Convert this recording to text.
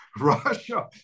Russia